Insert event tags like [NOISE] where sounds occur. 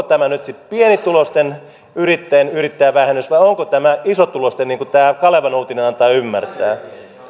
[UNINTELLIGIBLE] tämä nyt sitten pienituloisten yrittäjien yrittäjävähennys vai onko tämä isotuloisten niin kuin tämä kalevan uutinen antaa ymmärtää